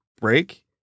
break